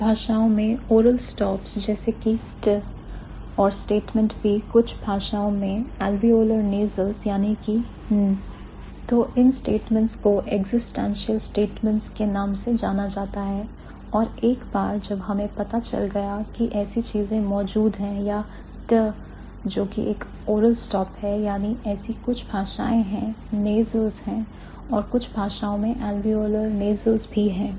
कुछ भाषाओं में oral stops जैसे कि t और statement b कुछ भाषाओं में alveolar nasala यानी कि n तो इन स्टेटमेंटस को एक्जिस्टेंशल स्टेटमेंट्स के नाम से जाना जाता है और एक बार जब हमें पता चल गया कि ऐसी चीजें मौजूद हैं या t जो कि एक oral stop है यानी ऐसी कुछ भाषाएं हैं nasals हैं और कुछ भाषाओं में alveolar nasals भी हैं